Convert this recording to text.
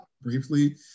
briefly